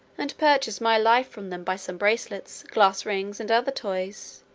and purchase my life from them by some bracelets, glass rings, and other toys,